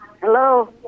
Hello